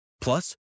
Plus